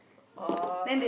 oh